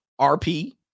RP